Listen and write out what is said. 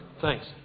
Thanks